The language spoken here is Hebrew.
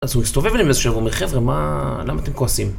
אז הוא מסתובב אליהם ואומר איזה שהוא חברה, מה... למה אתם כועסים?